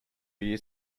years